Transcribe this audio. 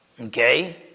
Okay